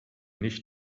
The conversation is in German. nicht